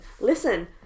listen